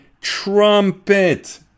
trumpet